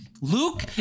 Luke